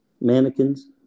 mannequins